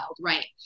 right